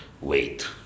wait